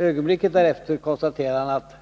Ögonblicket därefter konstaterade han att